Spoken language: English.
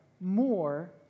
more